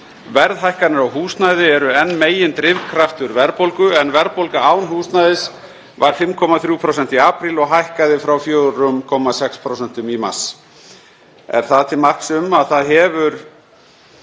Verðhækkanir á húsnæði eru enn megindrifkraftur verðbólgu en verðbólga án húsnæðis var 5,3% í apríl og hækkaði frá 4,6% í mars. Er það til marks um að verðhækkanir